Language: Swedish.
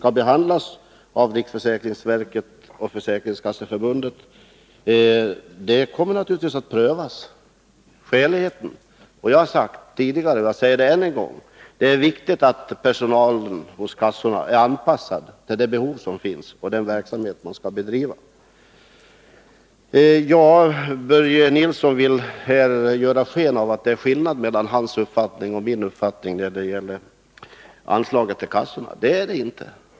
Karin Nordlander har, precis som Börje Nilsson, i dag i någon tidning sett uppgifter om detta, vilka hon tror är riktiga. Jag har tidigare sagt och jag säger det än en gång: Det är viktigt att personalen hos kassorna är anpassad till det behov som finns och till den verksamhet som skall bedrivas. Börje Nilsson vill ge sken av att det är skillnad mellan hans uppfattning och min uppfattning när det gäller anslaget till kassorna. Det är det inte.